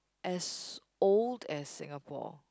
as old as Singapore